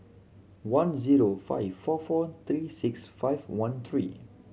one zero five four four three six five one three